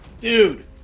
Dude